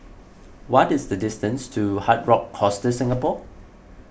what is the distance to Hard Rock Hostel Singapore